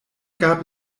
gab